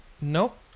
Nope